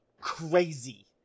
crazy